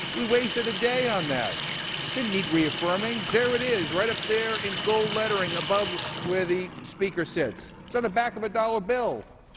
we wasted a day on. that didn't need reaffirming. there it is. right up there in gold lettering above where the speaker sits. it's on the back of a dollar bill.